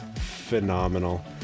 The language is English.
phenomenal